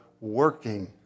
working